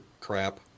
crap